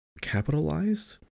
capitalized